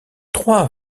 trois